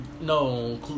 no